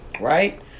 right